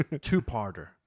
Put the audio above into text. Two-parter